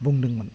बुंदोंमोन